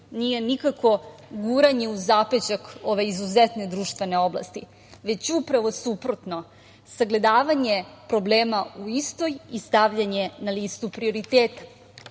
nije nikako guranje u zapećak ove izuzetne društvene oblasti, već upravo suprotno – sagledavanje problema u istoj i stavljanje na listu prioriteta.